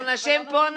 גם נשים פה נאנסו.